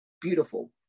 Beautiful